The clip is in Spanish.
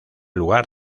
lugar